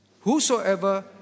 Whosoever